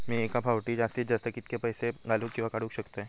मी एका फाउटी जास्तीत जास्त कितके पैसे घालूक किवा काडूक शकतय?